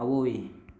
ꯑꯋꯣꯏ